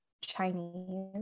Chinese